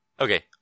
Okay